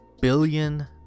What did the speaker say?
billion